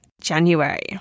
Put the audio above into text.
January